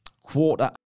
quarter